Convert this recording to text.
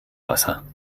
wasser